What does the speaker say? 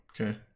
Okay